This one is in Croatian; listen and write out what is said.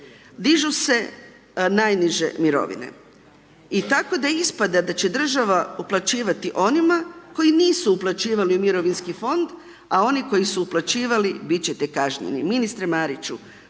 Dižu se najniže mirovine. I tako da ispada da će država uplaćivati onima, koji nisu uplaćivali u mirovinski fond, a oni koji su upućivali biti ćete kažnjeni. Ministre Mariću,